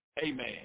amen